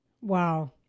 wow